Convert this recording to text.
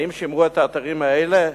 האם שימרו את האתרים האלה?